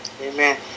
amen